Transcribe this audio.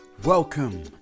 Welcome